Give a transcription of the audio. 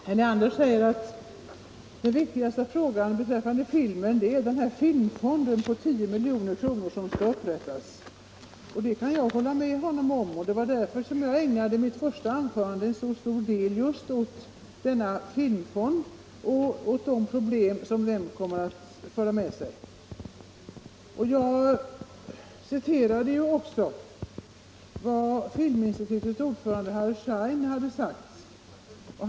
Herr talman! Herr Leander säger att den viktigaste frågan beträffande filmen är den filmfond på 10 milj.kr. som skall upprättas. Det kan jag hålla med honom om. Det var därför jag ägnade så stor del av mitt första anförande just åt denna filmfond och de problem som den kommer att föra med sig. Jag citerade också vad Filminstitutets ordförande, Harry Schein, hade sagt.